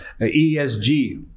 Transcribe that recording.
ESG